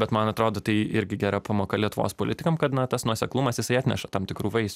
bet man atrodo tai irgi gera pamoka lietuvos politikam kad na tas nuoseklumas jisai atneša tam tikrų vaisių